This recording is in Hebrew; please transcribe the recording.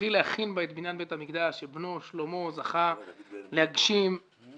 התחיל להכין בה את בניין בית המקדש שבנו שלמה זכה להגשים ולבנות.